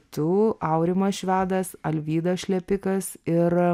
tu aurimas švedas alvydas šlepikas ir